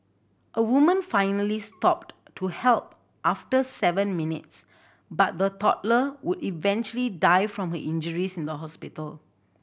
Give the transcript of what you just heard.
a woman finally stopped to help after seven minutes but the toddler would eventually die from her injuries in the hospital